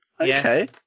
okay